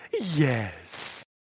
yes